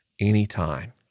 anytime